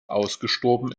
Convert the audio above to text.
ausgestorben